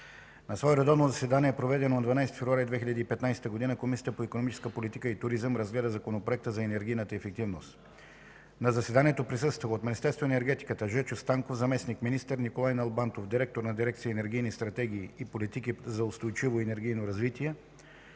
На свое редовно заседание, проведено на 12 февруари 2015 г., Комисията по икономическа политика и туризъм разгледа законопроекта за енергийната ефективност. На заседанието присъствахa: от Министерство на енергетиката – Жечо Станков – заместник-министър, Николай Налбантов – директор на дирекция „Енергийни стратегии и политики за устойчиво енергийно развитие”;